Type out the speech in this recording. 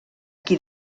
qui